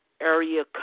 area